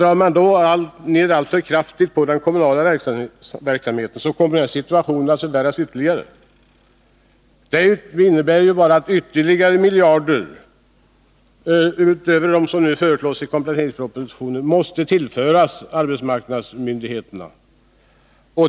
Drar man då ned alltför kraftigt på den kommunala verksamheten, kommer situationen att förvärras ytterligare. Det innebär bara att ytterligare miljarder, utöver dem som nu föreslås i kompletteringspropositionen, måste tillföras arbetsmarknadsmyndigheterna.